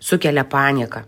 sukelia panieką